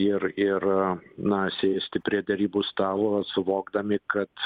ir ir na sėsti prie derybų stalo suvokdami kad